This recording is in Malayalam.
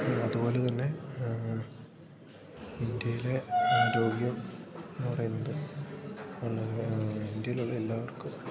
അതുപോലെ തന്നെ ഇന്ത്യയിലെ ആരോഗ്യം എന്ന് പറയുന്നത് വളരെ ഇന്ത്യയിലുള്ള എല്ലാവർക്കും